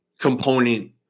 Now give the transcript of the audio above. component